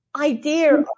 idea